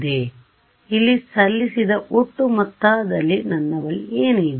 ಆದ್ದರಿಂದ ಇಲ್ಲಿ ಸಲ್ಲಿಸಿದ ಒಟ್ಟು ಮೊತ್ತದಲ್ಲಿ ನನ್ನ ಬಳಿ ಏನು ಇದೆ